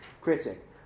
critic